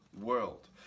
world